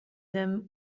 them